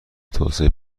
توسعه